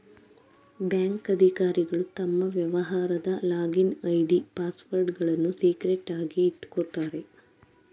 bank ಅಧಿಕಾರಿಗಳು ತಮ್ಮ ವ್ಯವಹಾರದ ಲಾಗಿನ್ ಐ.ಡಿ, ಪಾಸ್ವರ್ಡ್ಗಳನ್ನು ಸೀಕ್ರೆಟ್ ಆಗಿ ಇಟ್ಕೋತಾರೆ